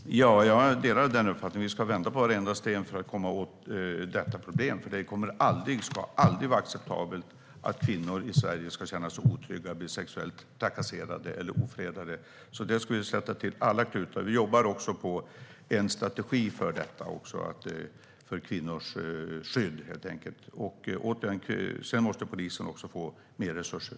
Fru talman! Jag delar den uppfattningen. Vi ska vända på varenda sten för att komma åt detta problem, för det ska aldrig vara acceptabelt att kvinnor i Sverige ska känna sig otrygga, bli sexuellt trakasserade eller ofredade. Där ska vi sätta till alla klutar. Vi jobbar också på en strategi för kvinnors skydd. Sedan måste, återigen, polisen också få mer resurser.